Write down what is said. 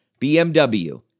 BMW